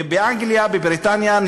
בבריטניה,